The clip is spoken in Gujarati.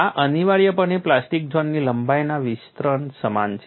આ અનિવાર્યપણે પ્લાસ્ટિક ઝોનની લંબાઈના વિસ્તરણ સમાન છે